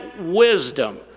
wisdom